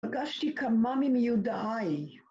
פגשתי כמה ממיודעיי